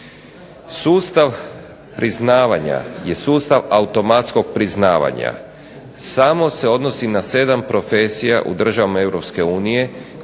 Sustav priznavanja je sustav automatskog priznavanja, samo se odnosi na sedam profesija u državama